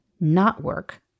not-work